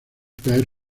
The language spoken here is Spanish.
caer